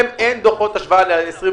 תהיה יכולת בקרה חופשית של הוועדה לראות את